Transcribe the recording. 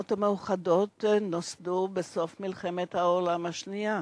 האומות המאוחדות נוסדו בסוף מלחמת העולם השנייה,